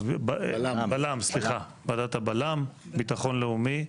הבל"מ, ביטחון לאומי.